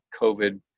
COVID